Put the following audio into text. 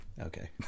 okay